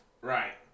Right